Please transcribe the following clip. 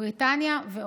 בריטניה ועוד.